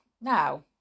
now